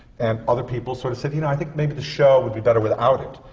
and other people sort of said, you know, i think maybe the show would be better without it.